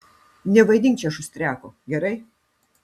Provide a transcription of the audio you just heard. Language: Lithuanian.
nevaidink čia šustriako gerai